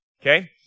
Okay